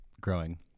growing